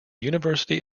university